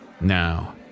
Now